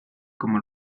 como